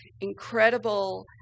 incredible